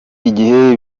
igihe